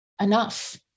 enough